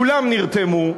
כולם נרתמו,